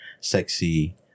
sexy